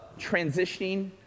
transitioning